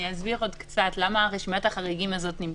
למה רשימת החריגים הזאת נמצאת.